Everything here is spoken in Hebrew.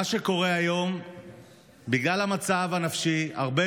מה שקורה היום הוא שבגלל המצב הנפשי הרבה